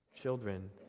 children